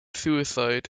suicide